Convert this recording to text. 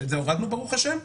שאת זה ברוך השם הורדנו,